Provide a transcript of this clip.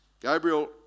Gabriel